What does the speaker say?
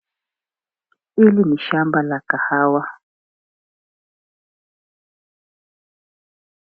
Hili ni shamba la kahawa.